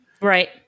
Right